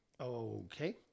Okay